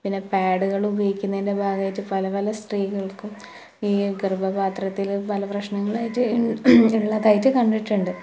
പിന്നെ പാഡുകളുപയോഗിക്കുന്നതിന്റെ ഭാഗമായിട്ട് പല പല സ്ത്രീകള്ക്കും ഈ ഗര്ഭപാത്രത്തിൽ പല പ്രശ്നങ്ങളുമായിട്ട് ഉള്ളതായിട്ട് കണ്ടിട്ടുണ്ട്